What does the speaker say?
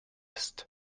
ist